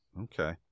Okay